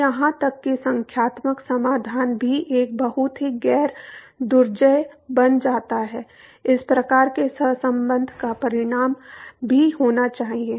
तो यहां तक कि संख्यात्मक समाधान भी एक बहुत ही गैर दुर्जेय बन जाता है इस प्रकार के सहसंबंध का परिणाम भी होना चाहिए